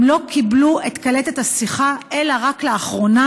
הם לא קיבלו את קלטת השיחה אלא רק לאחרונה,